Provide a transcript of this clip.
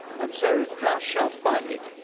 and so thou shalt find it,